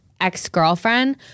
ex-girlfriend